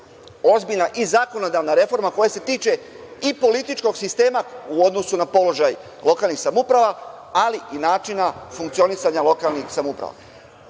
ozbiljna i zakonodavna reforma koja se tiče i političkog sistema u odnosu na položaj lokalnih samouprava, ali i načina funkcionisanja lokalnih samouprava. Video